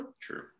True